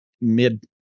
mid